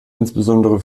insbesondere